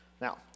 Now